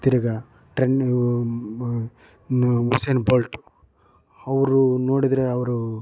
ತಿರುಗಾ trending Usain Bolt ಅವರು ನೋಡಿದರೆ ಅವರು